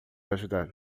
ajudar